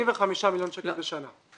85 מיליון שקלים בשנה.